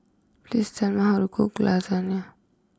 please tell me how to cook Lasagne